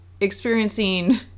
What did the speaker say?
experiencing